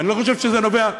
ואני לא חושב שזה נובע,